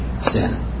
sin